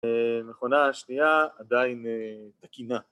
‫המכונה השנייה עדיין תקינה.